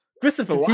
Christopher